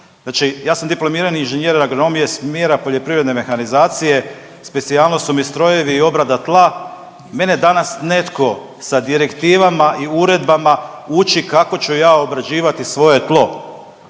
ja sam dipl.ing. agronomije smjera poljoprivredne mehanizacije specijalnost su mi strojevi i obrada tla, mene danas netko sa direktivama i uredbama uči kako ću ja obrađivati svoje tlo,